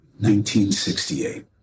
1968